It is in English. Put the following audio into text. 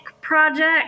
project